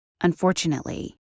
Unfortunately